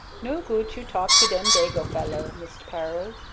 no goot you talk to dem dago feller, mist pearl,